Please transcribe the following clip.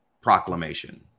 proclamation